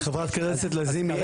חברת הכנסת לזימי,